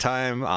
Time